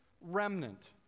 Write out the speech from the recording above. remnant